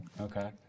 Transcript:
okay